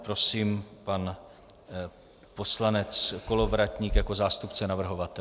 Prosím, pan poslanec Kolovratník jako zástupce navrhovatelů.